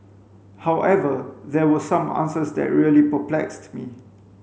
however there were some answers that really perplexed me